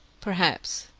perhaps,